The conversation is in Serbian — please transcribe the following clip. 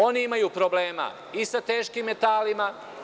Oni imaju problema i sa teškim metalima.